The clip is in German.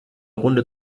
runde